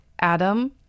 Adam